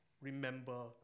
remember